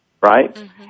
Right